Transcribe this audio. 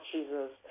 Jesus